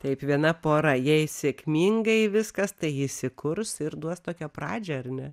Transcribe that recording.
taip viena pora jei sėkmingai viskas tai ji įsikurs ir duos tokią pradžią ar ne